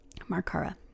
Markara